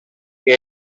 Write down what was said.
que